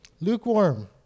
lukewarm